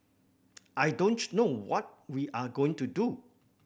I don't know what we are going to do